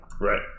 Right